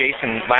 Jason